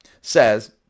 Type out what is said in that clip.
says